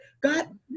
God